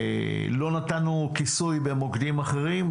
לא נתנו כיסוי במוקדים אחרים.